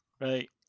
right